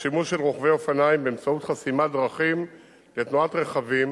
לשימוש של רוכבי אופניים באמצעות חסימת דרכים לתנועת רכבים